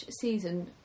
season